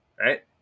Right